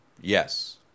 Yes